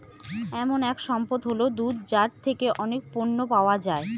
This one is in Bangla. এমন এক সম্পদ হল দুধ যার থেকে অনেক পণ্য পাওয়া যায়